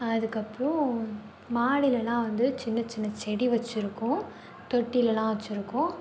அதுக்கப்புறம் மாடிலெல்லாம் வந்து சின்னச் சின்ன செடி வச்சுருக்கோம் தொட்டிலெல்லாம் வச்சுருக்கோம்